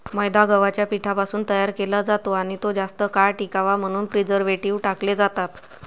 मैदा गव्हाच्या पिठापासून तयार केला जातो आणि तो जास्त काळ टिकावा म्हणून प्रिझर्व्हेटिव्ह टाकले जातात